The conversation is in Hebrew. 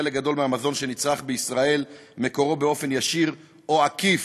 חלק גדול מהמזון שנצרך בישראל מקורו באופן ישיר או עקיף,